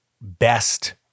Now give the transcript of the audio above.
best